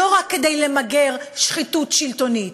לא רק כדי למגר שחיתות שלטונית,